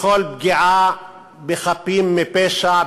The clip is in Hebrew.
לכל פגיעה בחפים מפשע,